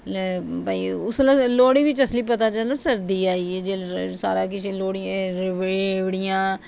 उसलै लोह्ड़ी बी असली पता चलै सर्दी आई ऐ सारा केश लोह्ड़ी रयोड़ियां